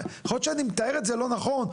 יכול להיות שאני מתאר את זה לא נכון,